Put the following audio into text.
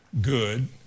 good